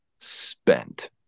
spent